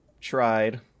tried